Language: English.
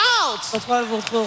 out